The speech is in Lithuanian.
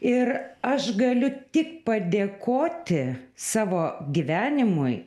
ir aš galiu tik padėkoti savo gyvenimui